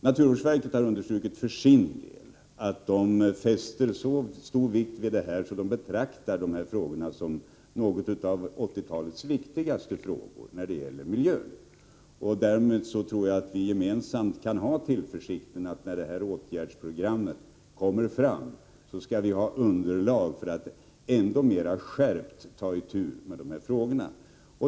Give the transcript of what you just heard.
Naturvårdsverket har för sin del understrukit att man betraktar de här frågorna som några av 1980-talets viktigaste frågor när det gäller miljön. Därmed tror jag att vi gemensamt kan hysa tillförsikten att när detta åtgärdsprogram kommer i gång skall vi ha underlag för att ännu mera skärpt ta itu med dessa frågor.